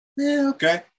okay